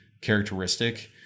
characteristic